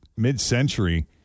mid-century